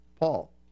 Paul